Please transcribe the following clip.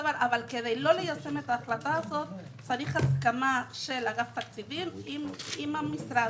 אבל כדי לא ליישם את ההחלטה הזאת צריך הסכמה של אגף התקציבים עם המשרד.